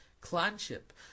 clanship